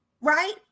right